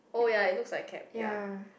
it yeah